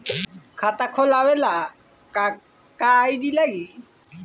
खाता खोलाबे ला का का आइडी लागी?